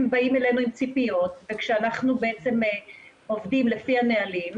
הם באים אלינו עם ציפיות וכשאנחנו עובדים לפי הנהלים,